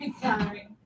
sorry